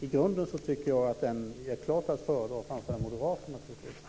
I grunden tycker jag att den kristdemokratiska klart är att föredra framför den moderata, naturligtvis.